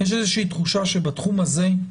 ויש איזושהי תחושה שבתחום הזה,